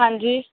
ਹਾਂਜੀ